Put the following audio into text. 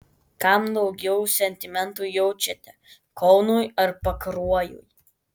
kam daugiau sentimentų jaučiate kaunui ar pakruojui